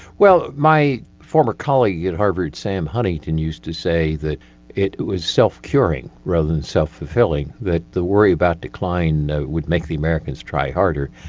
well, my former colleague at harvard, sam huntington, used to say that it was self-curing rather than self-fulfilling, that the worry about decline would make the americans try harder.